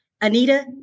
Anita